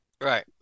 right